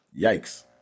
Yikes